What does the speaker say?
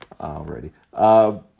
Alrighty